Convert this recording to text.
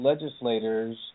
legislators